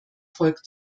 volk